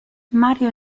mario